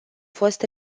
fost